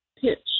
pitch